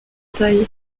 taille